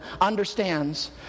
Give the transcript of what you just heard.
understands